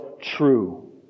true